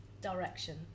direction